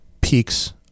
peaks